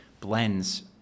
blends